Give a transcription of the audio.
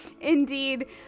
Indeed